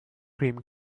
cream